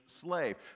slave